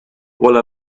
while